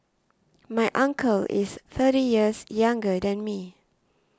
my uncle is thirty years younger than me